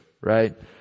right